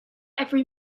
every